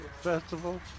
festival